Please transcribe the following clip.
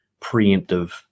preemptive